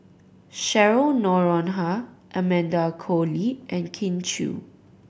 Cheryl Noronha Amanda Koe Lee and Kin Chui